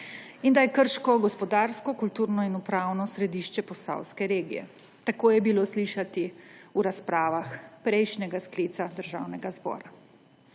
in da je Krško gospodarsko, kulturno in upravno središče posavske regije. Tako je bilo slišati v razpravah prejšnjega sklica državnega zbora.